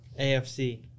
AFC